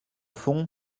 fond